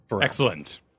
Excellent